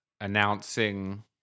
announcing